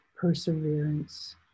perseverance